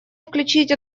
включить